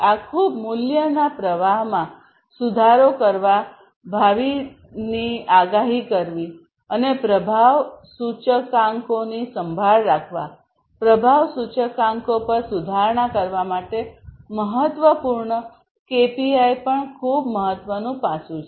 આ ખૂબ મૂલ્યના પ્રવાહમાં સુધારો કરવા ભાવિની આગાહી કરવા અને પ્રભાવ સૂચકાંકોની સંભાળ રાખવા પ્રભાવ સૂચકાંકો પર સુધારણા કરવા માટે મહત્વપૂર્ણ કેપીઆઈ પણ ખૂબ મહત્વનું પાસું છે